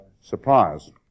suppliers